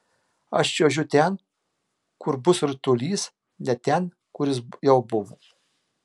aš čiuožiu ten kur bus ritulys ne ten kur jis jau buvo